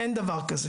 אז,